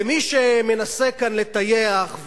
מי שמנסה כאן לטייח,